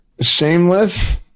shameless